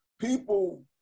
people